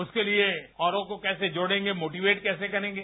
उसके लिए औरों को कैसे जोड़ेंगे मोटिवेट कैसे करेंगे